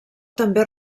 també